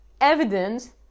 evidence